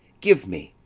give me!